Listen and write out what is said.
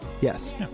yes